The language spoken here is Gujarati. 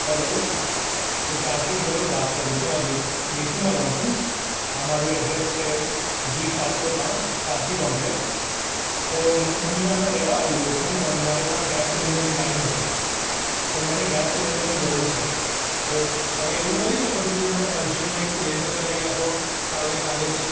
હલો હું કાર્તિક હેલોડ વાત કરું છું આ વેસુમાં રહું છું આ મારું એડ્રેસ છે જી સાતસો પાંચ સારથિ કોમ્પલેક્ષ તો હું અહીંયા રહેવા આવી ગયો છું પણ મારે ત્યાં ગેસ સિલિન્ડરની લાઇન નથી તો મને ગેસ સિલિન્ડરની જરૂર છે તો તમે એવું કરી શકો છો કે મને અર્જન્ટમાં એક સિલિન્ડર કરાવી આપો કાલે ને કાલે જ